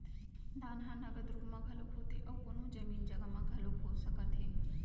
दान ह नगद रुप म घलोक होथे अउ कोनो जमीन जघा म घलोक हो सकत हे